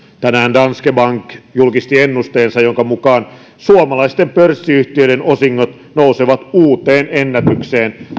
tänään danske bank julkisti ennusteensa jonka mukaan suomalaisten pörssiyhtiöiden osingot nousevat uuteen ennätykseen